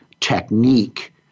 technique